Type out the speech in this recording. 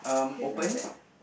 he's sitting like that